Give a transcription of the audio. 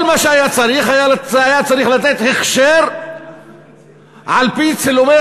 כל מה שהיה צריך היה לתת הכשר על-פי צילומי